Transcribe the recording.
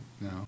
No